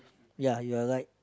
ya you're right